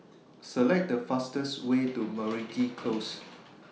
Select The fastest Way to Meragi Close